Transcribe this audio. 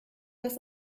das